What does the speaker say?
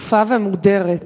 שקופה ומוגדרת.